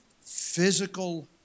physical